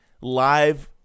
live